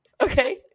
Okay